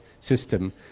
system